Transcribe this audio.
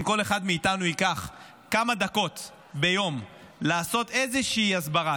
אם כל אחד מאיתנו ייקח כמה דקות ביום לעשות איזושהי הסברה,